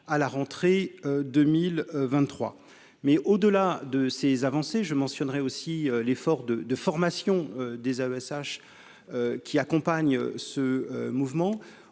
à la rentrée 2023, mais au-delà de ces avancées, je mentionnerait aussi l'effort de de formation des avait sache qui accompagne ce mouvement